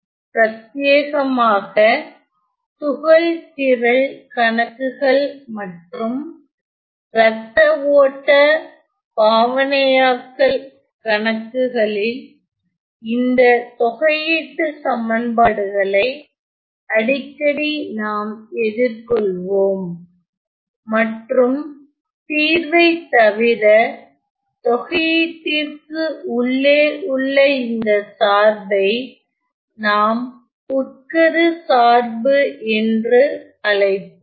பிரத்தியேகமாக துகள் திரள் கணக்குகள் மற்றும் ரத்த ஓட்ட பாவனையாக்கல் கணக்குகளில் இந்த தொகையீட்டு சமன்பாடுகளை அடிக்கடி நாம் எதிர்கொள்வோம் மற்றும் தீர்வை தவிர தொகையீட்டிற்கு உள்ளே உள்ள இந்த சார்பை நாம் உட்கரு சார்பு என்று அழைப்போம்